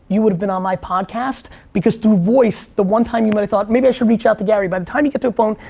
you would've been on my podcast, because through voice, the one time you but would've thought maybe i should reach out to gary, by the time you get to a phone,